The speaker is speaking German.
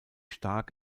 stark